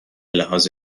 لحاظ